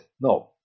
No